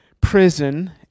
prison